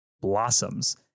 blossoms